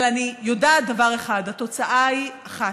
אבל אני יודעת דבר אחד: התוצאה היא אחת,